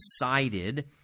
decided